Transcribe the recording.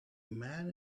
man